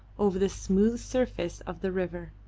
over the smooth surface of the river.